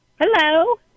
Hello